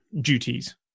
duties